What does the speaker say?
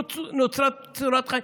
נוצרה צורת חיים,